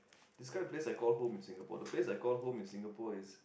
describe the place I call home in Singapore the place I call home in Singapore is